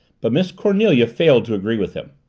but miss cornelia failed to agree with him.